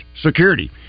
Security